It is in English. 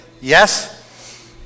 Yes